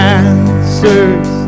answers